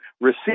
receive